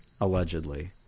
allegedly